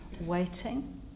waiting